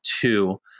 two